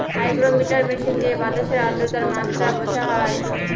hygrometer machine দিয়ে বাতাসের আদ্রতার মাত্রা বোঝা হয়